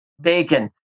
bacon